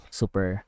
super